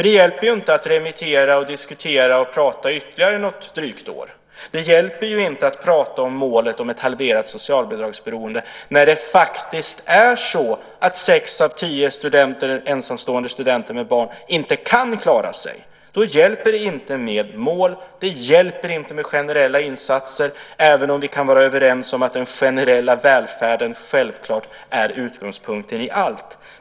Det hjälper ju inte att remittera, diskutera och prata i ytterligare drygt ett år. Det hjälper inte att prata om målet om ett halverat socialbidragsberoende när det faktiskt är så att sex av tio ensamstående studenter med barn inte kan klara sig. Då hjälper det inte med mål och inte med generella insatser, även om vi kan vara överens om att den generella välfärden självfallet är utgångspunkten i allt.